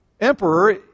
emperor